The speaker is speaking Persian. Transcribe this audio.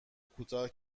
کوتاه